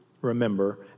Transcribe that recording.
remember